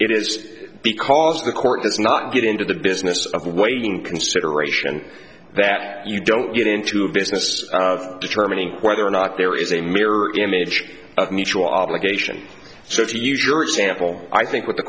is because the court does not get into the business of waiving consideration that you don't get into a business of determining whether or not there is a mirror image of mutual obligation so if you use your example i think what the